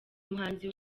muhanzi